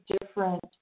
different